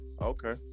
Okay